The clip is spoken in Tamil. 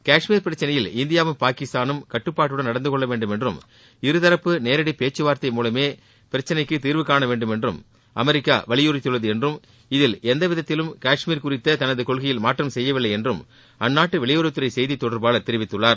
கஷ்மீர் பிரச்சினையில் இந்தியாவும் பாகிஸ்தானும் கட்டுப்பாட்டுடன் நடந்து கொள்ள வேண்டும் என்றும் இருதரப்பு நேரடி பேச்சுவார்த்தை மூலமே பிரச்சினைக்கு தீர்வு காண வேண்டும் என அமெரிக்கா வலியுறுத்தியுள்ளது என்றும் இதில் எவ்விதத்திலும் கஷ்மீர் குறித்த தனது கொள்கையில் மாற்றம் செய்யவில்லை என்றும் அந்நாட்டு வெளியுறவுத்துறை செய்தித் தொடர்பாளர் தெரிவித்துள்ளார்